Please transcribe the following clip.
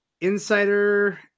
insider